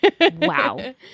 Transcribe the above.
Wow